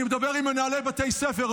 אני מדבר עם מנהלי בתי ספר.